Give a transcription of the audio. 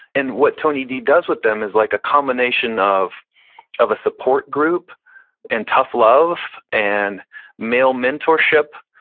and what tony d does with them is like a combination of of a support group and tough love and male mentorship,